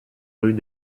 rue